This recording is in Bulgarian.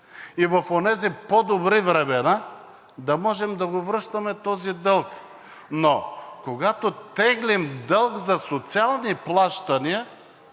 и в онези по-добри времена да можем да го връщаме този дълг. Но когато теглим дълг за социални плащания,